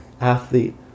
athlete